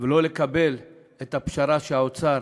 ולא לקבל את הפשרה שהאוצר